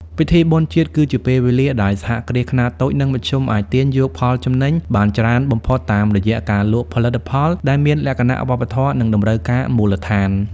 ពិធីបុណ្យជាតិគឺជាពេលវេលាដែលសហគ្រាសខ្នាតតូច និងមធ្យម អាចទាញយកផលចំណេញបានច្រើនបំផុតតាមរយៈការលក់ផលិតផលដែលមានលក្ខណៈវប្បធម៌ និងតម្រូវការមូលដ្ឋាន។